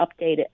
updated